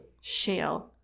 Shale